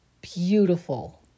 beautiful